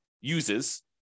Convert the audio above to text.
uses